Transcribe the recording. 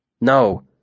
No-